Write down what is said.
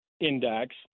Index